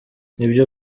nibyo